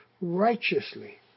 righteously